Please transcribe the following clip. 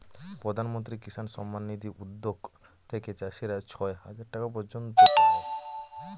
প্রধান মন্ত্রী কিষান সম্মান নিধি উদ্যাগ থেকে চাষীরা ছয় হাজার টাকা পর্য়ন্ত পাই